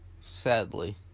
Sadly